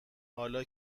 حالا